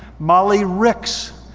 molly ricks,